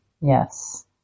Yes